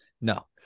No